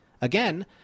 Again